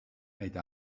eta